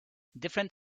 different